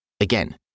Again